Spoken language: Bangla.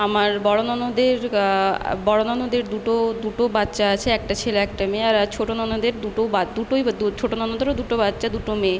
আমার বড় ননদের বড় ননদের দুটো দুটো বাচ্চা আছে একটা ছেলে একটা মেয়ে আর ছোট ননদের দুটো বা দুটোই ছোট ননদেরও দুটো বাচ্চা দুটো মেয়ে